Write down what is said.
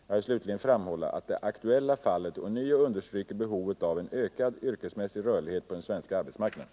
Jag vill slutligen framhålla att det aktuella fallet ånyo understryker behovet av en ökad yrkesmässig rörlighet på den svenska arbetsmarknaden.